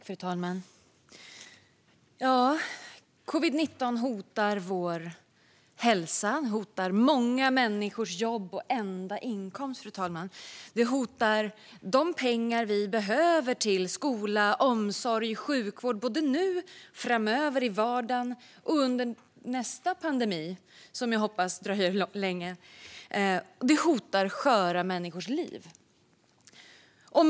Fru talman! Covid-19 hotar vår hälsa. Det hotar många människors jobb och enda inkomst, fru talman. Det hotar de pengar vi behöver till skola, omsorg och sjukvård både nu och framöver i vardagen och under nästa pandemi, som jag hoppas dröjer länge. Det hotar sköra människors liv.